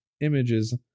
images